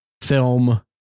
film